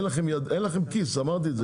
אין לכם כיס, אמרתי את זה כבר.